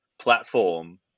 platform